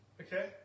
Okay